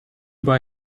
bei